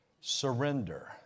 surrender